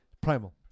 Primal